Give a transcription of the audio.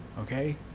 okay